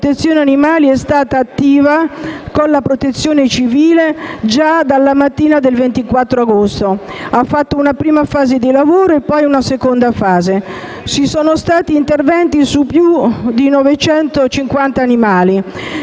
protezione animali è stato attivo con la Protezione civile già dalla mattina del 24 agosto. Ha svolto una prima fase di lavoro e poi una seconda fase. Ci sono stati interventi su più di 950 animali.